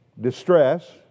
distress